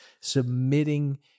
submitting